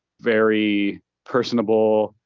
very personable,